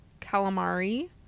calamari